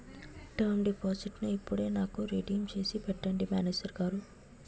term డిపాజిట్టును ఇప్పుడే నాకు రిడీమ్ చేసి పెట్టండి మేనేజరు గారు